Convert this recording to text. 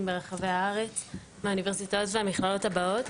ברחבי הארץ מהאוניברסיטאות והמכללות הבאות.